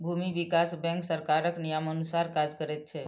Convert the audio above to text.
भूमि विकास बैंक सरकारक नियमानुसार काज करैत छै